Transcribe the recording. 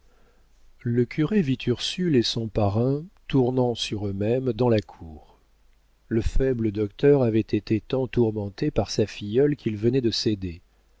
le curé vit ursule et son parrain tournant sur eux-mêmes dans la cour le faible docteur avait été tant tourmenté par sa filleule qu'il venait de céder